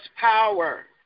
power